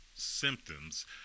Symptoms